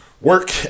Work